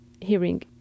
hearing